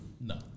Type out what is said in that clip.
No